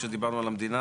כשדיברנו על המדינה,